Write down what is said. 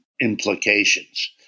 implications